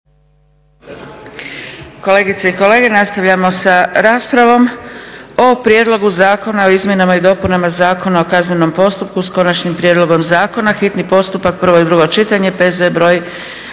Kolegice i kolege nastavljamo sa raspravom o 14. Prijedlog zakona o izmjenama i dopunama Zakona o kaznenom postupku, s konačnim prijedlogom zakona, hitni postupak, prvo i drugo čitanje, P.Z. br.